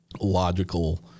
logical